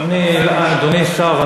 אדוני השר,